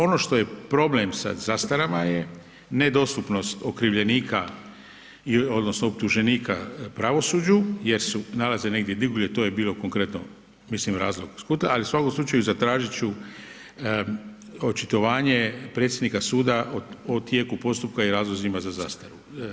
Ono što je problem sa zastarama je nedostupnost okrivljenika odnosno optuženika pravosuđu jer se nalaze negdje drugdje, to je bio konkretno mislim razlog …/nerazumljivo/… ali u svakom slučaju zatražit ću očitovanje predsjednika suda o tijeku postupka i razlozima za zastaru.